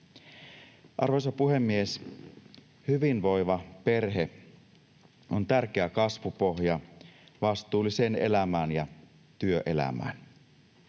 Arvoisa puhemies! Hyvinvoiva perhe on tärkeä kasvupohja vastuulliseen elämään ja työelämään.